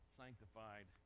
sanctified